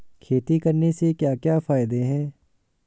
खेती करने से क्या क्या फायदे हैं?